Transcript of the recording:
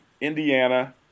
Indiana